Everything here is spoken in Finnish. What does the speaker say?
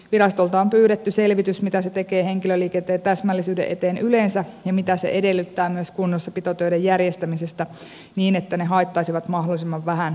virastolta on pyydetty selvitys mitä se tekee henkilöliikenteen täsmällisyyden eteen yleensä ja mitä se edellyttää myös kunnossapitotöiden järjestämisestä niin että ne haittaisivat mahdollisimman vähän liikennettä